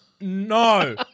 No